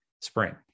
spring